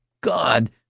God